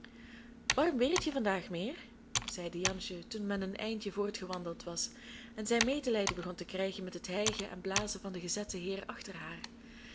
worden warm weertje vandaag meheer zeide jansje toen men een eindje voortgewandeld was en zij meelijden begon te krijgen met het hijgen en blazen van den gezetten heer achter haar